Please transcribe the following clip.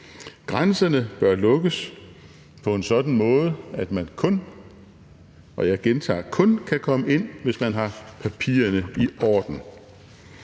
Grænserne bør lukkes på en sådan måde, at man kun – og jeg gentager: kun – kan komme ind, hvis man har papirerne i orden.